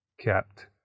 kept